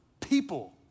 people